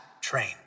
train